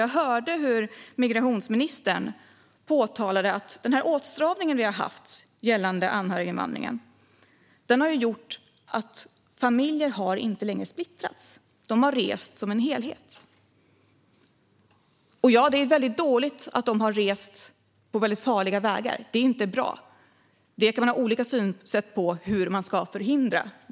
Jag hörde hur migrationsministern påpekade att den åtstramning vi haft vad gäller anhöriginvandringen har gjort att familjer inte längre splittras. De har rest som en enhet. Det är såklart väldigt dåligt att de har rest på farliga vägar. Det är inte bra. Man kan ha olika syn på hur man ska förhindra detta.